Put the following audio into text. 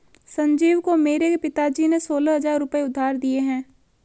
संजीव को मेरे पिताजी ने सोलह हजार रुपए उधार दिए हैं